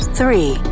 three